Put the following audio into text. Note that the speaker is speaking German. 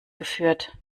geführt